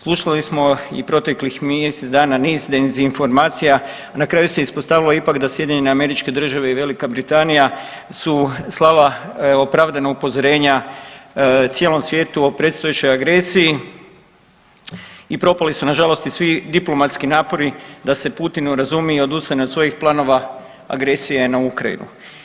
Slušali smo i proteklih mjesec dana niz dezinformacija, a na kraju se ispostavilo ipak da SAD i Velika Britanija su slala opravdano upozorenja cijelom svijetu o predstojećoj agresiji i propali su nažalost i svi diplomatski napori da se Putin urazumi i odustane od svojih planova agresije na Ukrajinu.